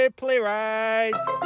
playwrights